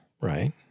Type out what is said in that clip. Right